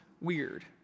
weird